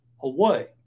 away